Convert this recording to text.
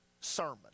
sermon